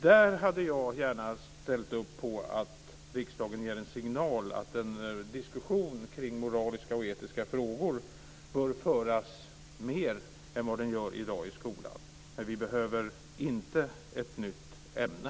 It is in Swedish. Där hade jag gärna ställt upp på att riksdagen ger en signal att det bör föras en diskussion kring moraliska och etiska frågor i skolan mer än vad som görs i dag. Men vi behöver inte ett nytt ämne.